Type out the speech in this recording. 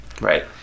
Right